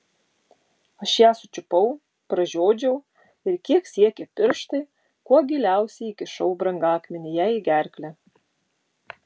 aš ją sučiupau pražiodžiau ir kiek siekė pirštai kuo giliausiai įkišau brangakmenį jai į gerklę